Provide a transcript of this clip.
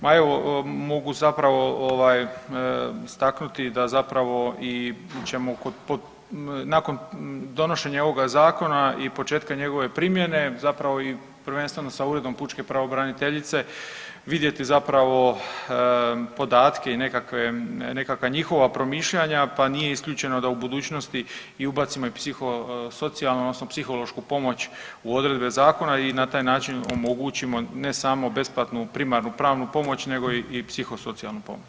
Ma evo mogu zapravo ovaj istaknuti da zapravo i ćemo kod, nakon donošenja ovoga zakona i početka njegove primjene zapravo i prvenstveno sa Uredom pučke pravobraniteljice vidjeti zapravo podatke i nekakve, nekakva njihova promišljanja pa nije isključeno da u budućnosti ubacimo i psihosocijalnu odnosno psihološku pomoć u odredbe zakona i na taj način omogućimo ne samo besplatnu primarnu pravnu pomoć nego i psihosocijalnu pomoć.